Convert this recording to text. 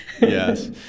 Yes